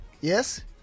Yes